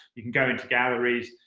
you can go into galleries,